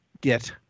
get